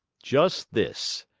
just this.